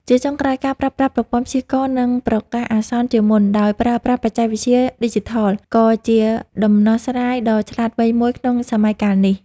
ជាចុងក្រោយ ការប្រើប្រាស់ប្រព័ន្ធព្យាករណ៍ និងប្រកាសអាសន្នជាមុនដោយប្រើប្រាស់បច្ចេកវិទ្យាឌីជីថល ក៏ជាដំណោះស្រាយដ៏ឆ្លាតវៃមួយក្នុងសម័យកាលនេះ។